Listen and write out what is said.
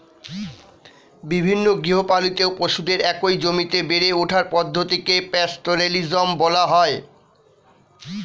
বিভিন্ন গৃহপালিত পশুদের একই জমিতে বেড়ে ওঠার পদ্ধতিকে পাস্তোরেলিজম বলা হয়